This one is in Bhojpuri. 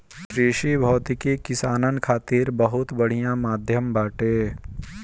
कृषि भौतिकी किसानन खातिर बहुत बढ़िया माध्यम बाटे